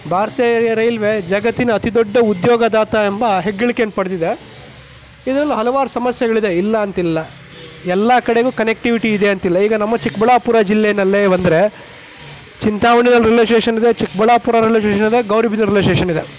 ಭಾರತೀಯ ರೈಲ್ವೆ ಜಗತ್ತಿನ ಅತಿ ದೊಡ್ಡ ಉದ್ಯೋಗದಾತ ಎಂಬ ಹೆಗ್ಗಳಿಕೆಯನ್ನು ಪಡೆದಿದೆ ಇದರಲ್ಲಿ ಹಲವಾರು ಸಮಸ್ಯೆಗಳಿದೆ ಇಲ್ಲ ಅಂತಿಲ್ಲ ಎಲ್ಲ ಕಡೆಗೂ ಕನೆಕ್ಟಿವಿಟಿ ಇದೆ ಅಂತಿಲ್ಲ ಈಗ ನಮ್ಮ ಚಿಕ್ಕಬಳ್ಳಾಪುರ ಜಿಲ್ಲೆಯಲ್ಲೇ ಬಂದರೆ ಚಿಂತಾಮಣಿಯಲ್ಲಿ ರೈಲ್ವೆ ಸ್ಟೇಷನ್ ಇದೆ ಚಿಕ್ಕಬಳ್ಳಾಪುರ ರೈಲ್ವೆ ಸ್ಟೇಷನ್ ಇದೆ ಗೌರಿಬಿದನೂರು ರೈಲ್ವೆ ಸ್ಟೇಷನ್ ಇದೆ